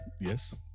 Yes